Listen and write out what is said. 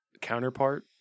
counterpart